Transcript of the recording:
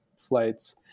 flights